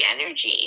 energy